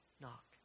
knock